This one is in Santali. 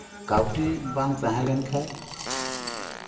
ᱠᱟᱹᱣᱰᱤ ᱵᱟᱝ ᱛᱟᱦᱮᱸ ᱞᱮᱱᱠᱷᱟᱱ